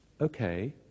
okay